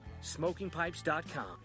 SmokingPipes.com